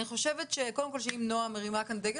אני חושבת שאם נעה מרימה כאן דגל,